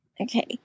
Okay